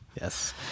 Yes